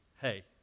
Hey